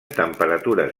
temperatures